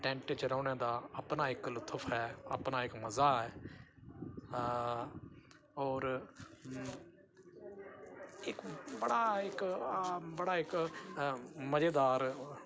tent च रौह्ने दा अपना इक लुत्फ ऐ अपना इक मज़ा ऐ होर इक बड़ा इक बड़ा इक मज़ेदार